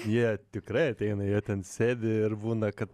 jie tikrai ateina jie ten sėdi ir būna kad